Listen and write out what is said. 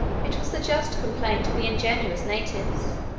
it was the just complaint of the ingenuous natives,